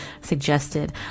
suggested